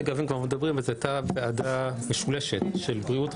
אם כבר מדברים על אותה ועדה משולשת של בריאות,